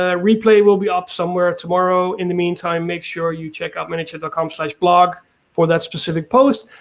ah replay will be up somewhere tomorrow, in the meantime make sure you check out manychat dot com slash blog for that specific post,